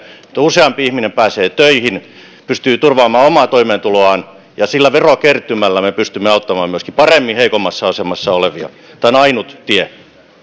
jotta useampi ihminen pääsee töihin pystyy turvaamaan omaa toimeentuloaan ja sillä verokertymällä me pystymme auttamaan myöskin paremmin heikoimmassa asemassa olevia tämä on ainut tie